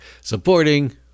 supporting